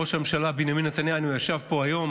ראש הממשלה בנימין נתניהו ישב פה היום,